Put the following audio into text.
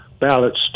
ballots